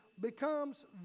becomes